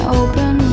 open